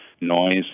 Noise